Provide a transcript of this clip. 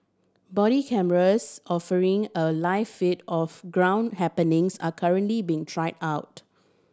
body cameras offering a live feed of ground happenings are currently being tried out